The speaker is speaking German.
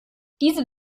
diese